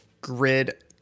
grid